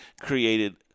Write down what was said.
created